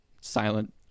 silent